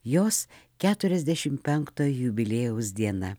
jos keturiasdešim penkto jubiliejaus diena